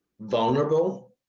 vulnerable